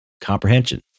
comprehension